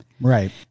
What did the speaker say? Right